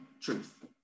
truth